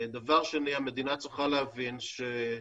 ב', המדינה צריכה להבין שאם